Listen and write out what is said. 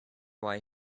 why